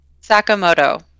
Sakamoto